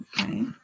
Okay